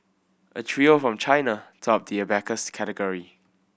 a trio from China topped the abacus category